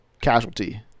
casualty